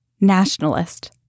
nationalist